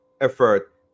effort